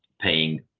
paying